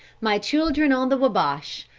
my children on the wabash,